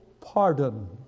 pardon